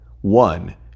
one